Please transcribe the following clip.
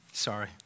sorry